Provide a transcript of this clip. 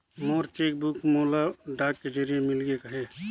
मोर cheque book मोला डाक के जरिए मिलगे हे